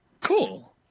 Cool